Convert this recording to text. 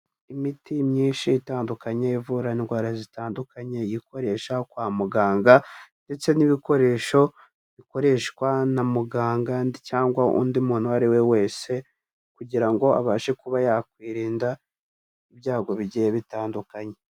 Imiti myinshi itandukanye ivura indwara zitandukanye ikoresha kwa muganga, ndetse n'ibikoresho bikoreshwa na muganga cyangwa undi muntu uwo ari we wese, kugira ngo abashe kuba yakwirinda ibyago bigiye bitandukanye.